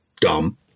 dumb